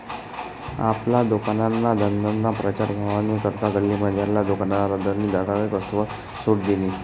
आपला दुकानना धंदाना प्रचार व्हवानी करता गल्लीमझारला दुकानदारनी ठराविक वस्तूसवर सुट दिनी